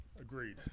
Agreed